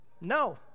No